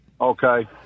Okay